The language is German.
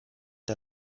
der